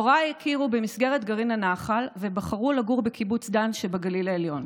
הוריי הכירו במסגרת גרעין הנח"ל ובחרו לגור בקיבוץ דן שבגליל העליון.